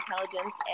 intelligence